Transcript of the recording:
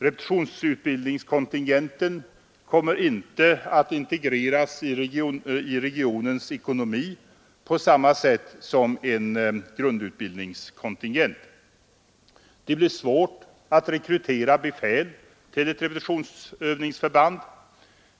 Reputbildningskontingenten kommer inte att integreras i regionens ekonomi på samma sätt som en grundutbildningskontingent. Det blir svårt att rekrytera befäl till repövningsförband.